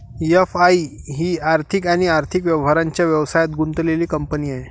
FI ही आर्थिक आणि आर्थिक व्यवहारांच्या व्यवसायात गुंतलेली कंपनी आहे